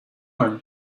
him